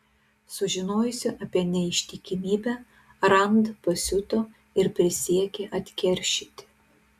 sužinojusi apie neištikimybę rand pasiuto ir prisiekė atkeršyti